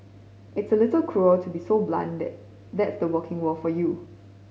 it's a little cruel to be so blunt that that's the working world for you